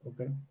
Okay